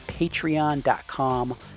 Patreon.com